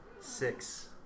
Six